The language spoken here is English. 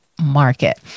market